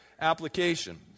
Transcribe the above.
application